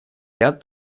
ряд